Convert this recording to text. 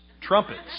Trumpets